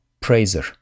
praiser